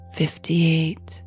fifty-eight